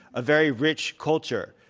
a very rich culture.